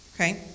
okay